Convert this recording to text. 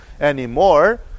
anymore